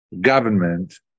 government